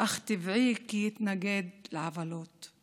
אך טבעי כי יתנגד לעוולות.